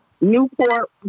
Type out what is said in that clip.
Newport